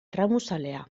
erramuzalea